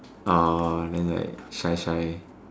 ah then like shy shy